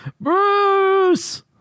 Bruce